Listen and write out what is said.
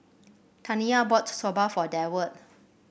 Taniya bought Soba for Deward